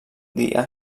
dia